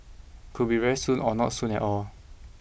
could be very soon or not soon at all